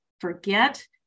forget